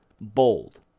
bold